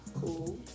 cool